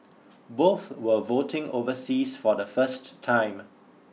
both were voting overseas for the first time